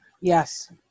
Yes